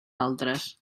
altres